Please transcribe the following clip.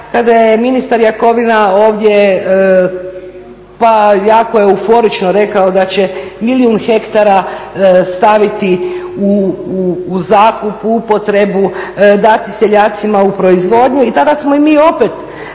kada je ministar Jakovina ovdje pa jako euforično rekao da će milijun hektara staviti u zakup, u upotrebu, dati seljacima u proizvodnju i tada smo i mi opet